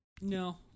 no